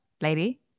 lady